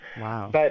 Wow